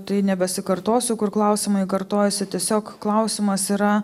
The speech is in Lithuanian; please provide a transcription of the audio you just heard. tai nebesikartosiu kur klausimai kartojasi tiesiog klausimas yra